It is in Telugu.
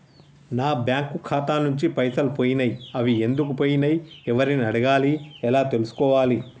నా బ్యాంకు ఖాతా నుంచి పైసలు పోయినయ్ అవి ఎందుకు పోయినయ్ ఎవరిని అడగాలి ఎలా తెలుసుకోవాలి?